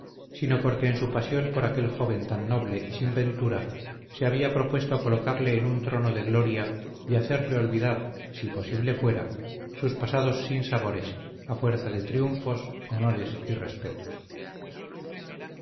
sino porque en su pasión por aquel joven tan noble y sinventura se había propuesto colocarle en un trono de gloria y hacerle olvidar si posible fuera sus pasados sinsabores a fuerza de triunfos honores y respetos